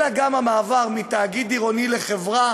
אלא גם המעבר מתאגיד עירוני לחברה